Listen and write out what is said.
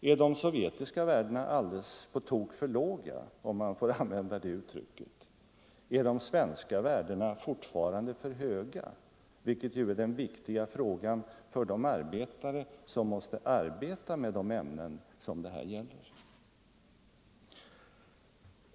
Är de sovjetiska värdena alldeles på tok för låga? Är de svenska värdena fortfarande för höga? Det är ju den viktiga frågan för de arbetare som utsätts för de ämnen det gäller.